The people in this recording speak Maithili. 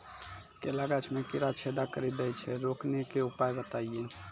केला गाछ मे कीड़ा छेदा कड़ी दे छ रोकने के उपाय बताइए?